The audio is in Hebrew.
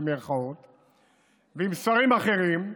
ועם שרים אחרים,